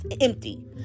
empty